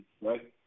right